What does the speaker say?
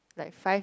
like five